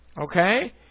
okay